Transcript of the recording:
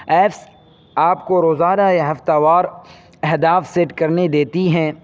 apps آپ کو روزانہ یا ہفتہ وار اہداف سیٹ کرنے دیتی ہیں